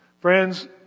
Friends